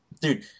dude